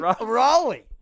Raleigh